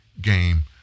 game